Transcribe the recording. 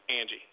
Angie